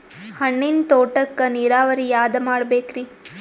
ಹಣ್ಣಿನ್ ತೋಟಕ್ಕ ನೀರಾವರಿ ಯಾದ ಮಾಡಬೇಕ್ರಿ?